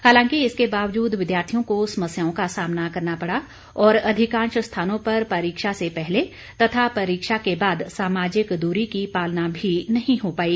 हालांकि इसके बावजूद विद्यार्थियों को समस्याओं का सामना करना पड़ा और अधिकांश स्थानों पर परीक्षा से पहले तथा परीक्षा के बाद सामाजिक दूरी की पालना भी नहीं हो पाई